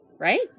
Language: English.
Right